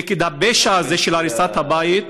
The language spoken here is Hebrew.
נגד הפשע הזה של הריסת הבית,